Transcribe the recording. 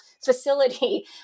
facility